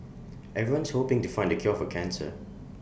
everyone's hoping to find the cure for cancer